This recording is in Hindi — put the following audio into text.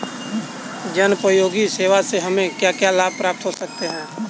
जनोपयोगी सेवा से हमें क्या क्या लाभ प्राप्त हो सकते हैं?